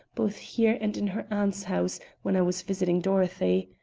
both here and in her aunt's house when i was visiting dorothy.